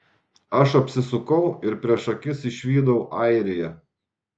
aš apsisukau ir prieš akis išvydau airiją